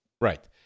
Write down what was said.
right